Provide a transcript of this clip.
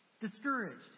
discouraged